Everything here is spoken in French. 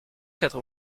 quatre